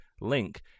link